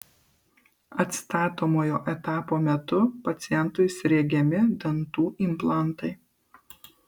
atstatomojo etapo metu pacientui sriegiami dantų implantai